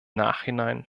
nachhinein